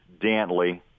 Dantley